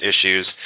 issues